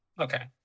okay